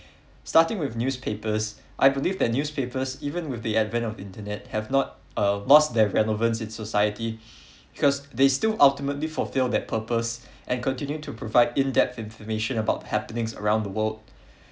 starting with newspapers I believe that newspapers even with the advent of the internet have not uh lost their relevance on their society cause they still ultimately feel that purpose and continue to provide in depth information about the happenings around the world